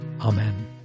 Amen